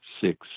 six